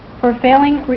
for failing